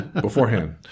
beforehand